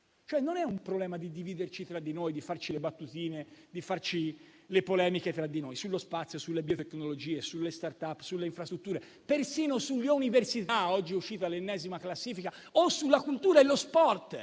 Non è un problema di dividerci tra di noi, di farci le battutine, di farci le polemiche sullo spazio, sulle biotecnologie, sulle *startup*, sulle infrastrutture, persino sulle università (oggi è uscita l'ennesima classifica) o sulla cultura e lo sport.